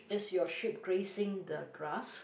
is your sheep grazing the grass